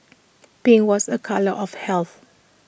pink was A colour of health